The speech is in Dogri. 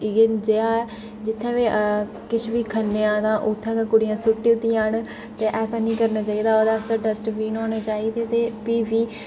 इ'यै जेहा ऐ जित्थै बी किश बी ख'न्ने आं ते उत्थै गै कुड़ियां सु'ट्टी ओड़दे न ते ऐसा निं करना चाहिदा ओह्दे आस्तै डस्टबिन होने चाहिदे ते भी बी